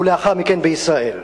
ולאחר מכן בישראל.